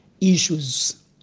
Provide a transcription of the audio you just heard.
issues